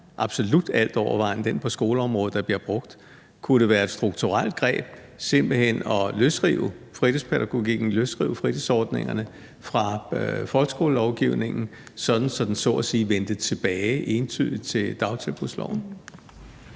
absolut altovervejende den på skoleområdet, der bliver brugt. Kunne det være et strukturelt greb simpelt hen at løsrive fritidspædagogikken, løsrive fritidsordningerne fra folkeskolelovgivningen, sådan at den så at sige entydigt vendte tilbage til dagtilbudsloven?